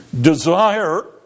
Desire